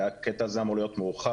הקטע הזה אמור להיות מורחב,